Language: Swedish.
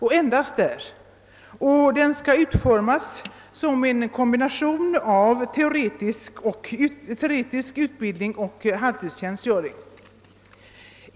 Den skall utformas som en kombination av teoretisk utbildning och halvtidstjänstgöring.